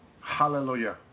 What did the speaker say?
Hallelujah